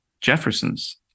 Jefferson's